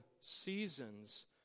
seasons